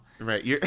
Right